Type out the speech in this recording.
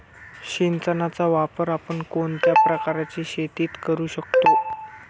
सिंचनाचा वापर आपण कोणत्या प्रकारच्या शेतीत करू शकतो?